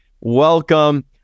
Welcome